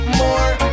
more